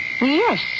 Yes